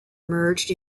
merged